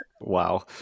Wow